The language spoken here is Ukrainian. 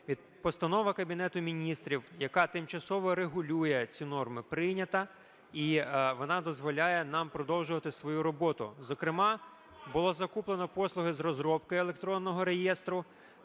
Постанова Кабінету Міністрів, яка тимчасово регулює ці норми, прийнята і вона дозволяє нам продовжувати свою роботу. Зокрема було закуплено послуги з розробки електронного реєстру